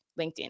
LinkedIn